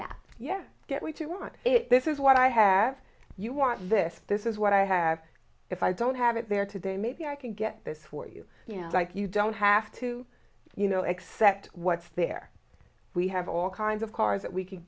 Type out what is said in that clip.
that you get what you want if this is what i have you want this this is what i have if i don't have it there today maybe i can get this for you you know like you don't have to you know accept what's there we have all kinds of cars that we c